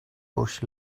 bush